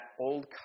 Old